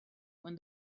when